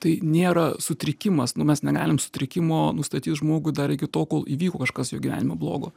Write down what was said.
tai nėra sutrikimas nu mes negalim sutrikimo nustatyt žmogui dar iki tol kol įvyko kažkas jo gyvenime blogo